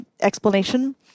explanation